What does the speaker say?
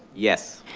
yes.